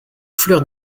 fleur